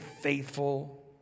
faithful